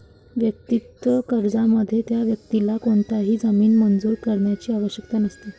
वैयक्तिक कर्जामध्ये, त्या व्यक्तीला कोणताही जामीन मंजूर करण्याची आवश्यकता नसते